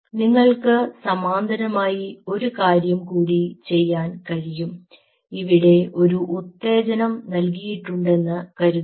നിങ്ങൾക്ക് സമാന്തരമായി ഒരു കാര്യം കൂടി ചെയ്യാൻ കഴിയും ഇവിടെ ഒരു ഉത്തേജനം നൽകിയിട്ടുണ്ടെന്ന് കരുതുക